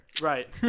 right